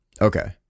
Okay